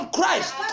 Christ